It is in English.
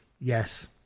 yes